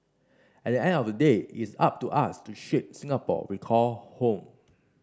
at the end of the day it's up to us to shape Singapore we call home